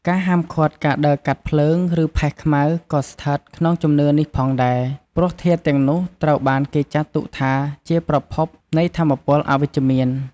ការហាមឃាត់ការដើរកាត់ភ្លើង ឬផេះខ្មៅក៏ស្ថិតក្នុងជំនឿនេះផងដែរ ព្រោះធាតុទាំងនោះត្រូវបានគេចាត់ទុកថាជាប្រភពនៃថាមពលអវិជ្ជមាន។